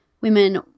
women